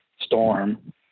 storm